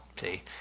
See